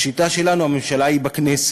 בשיטה שלנו הממשלה היא בכנסת,